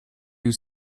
you